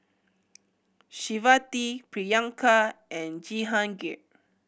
Shivaji Priyanka and Jehangirr